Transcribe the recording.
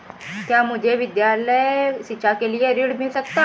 क्या मुझे विद्यालय शिक्षा के लिए ऋण मिल सकता है?